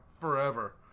forever